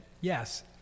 yes